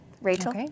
Rachel